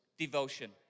devotion